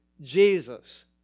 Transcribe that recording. Jesus